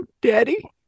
daddy